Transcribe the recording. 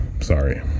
sorry